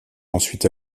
ensuite